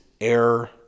air